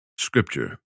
Scripture